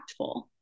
impactful